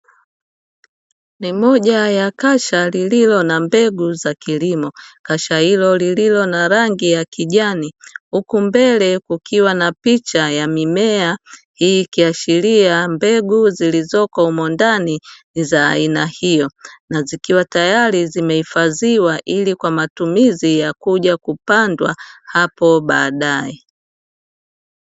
Ni moja ya kasha lililo na mbegu za kilimo, kasha hilo lililo na rangi ya kijani huku mbele kukiwa na picha ya mimea, hii ikiashiria mbegu zilizoko umo ndani ni za aina hiyo, na zikiwa tayari zimehifadhiwa ili kwa matumizi ya kuja kupandwa hapo baadae.